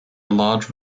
large